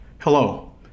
Hello